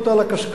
אנשים, היום.